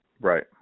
Right